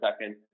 second